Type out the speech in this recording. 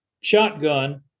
shotgun